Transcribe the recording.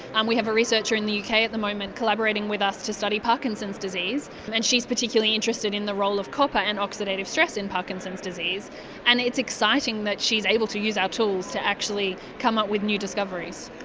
um we have a researcher in the uk at the moment collaborating with us to study parkinson's disease, and she is particularly interested in the role of copper and oxidative stress in parkinson's disease, and it's exciting that she is able to use our tools to actually come up with new discoveries.